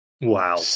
Wow